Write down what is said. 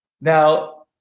Now